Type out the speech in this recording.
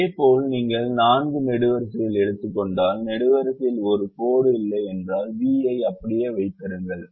இதேபோல் நீங்கள் நான்கு நெடுவரிசைகளை எடுத்துக் கொண்டால் நெடுவரிசையில் ஒரு கோடு இல்லை என்றால் v ஐ அப்படியே வைத்திருங்கள்